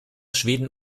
schweden